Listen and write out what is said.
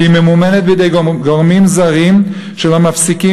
והיא ממומנת בידי גורמים זרים שלא יפסיקו